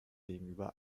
gegenüber